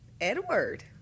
Edward